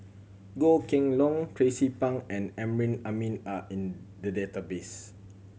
Goh Kheng Long Tracie Pang and Amrin Amin are in the database